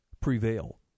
prevail